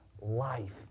life